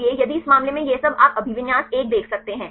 इसलिए यदि इस मामले में यह सब आप अभिविन्यास 1 देख सकते हैं